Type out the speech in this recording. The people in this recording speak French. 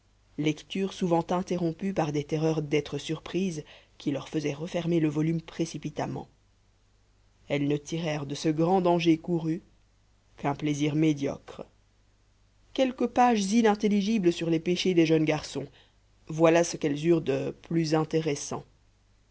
lecture souvent interrompue par des terreurs d'être surprises qui leur faisaient refermer le volume précipitamment elles ne tirèrent de ce grand danger couru qu'un plaisir médiocre quelques pages inintelligibles sur les péchés des jeunes garçons voilà ce qu'elles eurent de plus intéressant